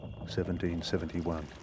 1771